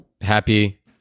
happy